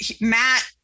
Matt